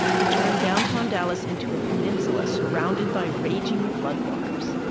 it turned downtown dallas into a peninsula surrounded by raging floodwaters